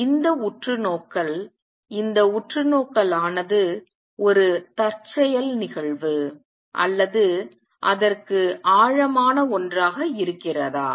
எனவே இந்த உற்றுநோக்கல் இந்த உற்றுநோக்கல் ஆனது ஒரு தற்செயல் நிகழ்வு அல்லது அதற்கு ஆழமான ஒன்றாக இருக்கிறதா